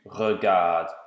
REGARDE